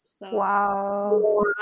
Wow